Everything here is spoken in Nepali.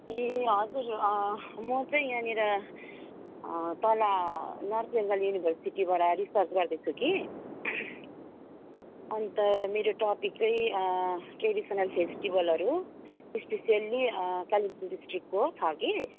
ए हजुर म चाहिँ यहाँनिर तल नर्थ बङ्गाल युनिभर्सिटीबाट रिसर्च गर्दैछु कि अन्त मेरो टपिक चाहिँ ट्रेडिसनल फेस्टिबलहरू स्पिसियली कालिम्पोङ डिस्ट्रिकको छ कि